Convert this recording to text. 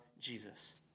Jesus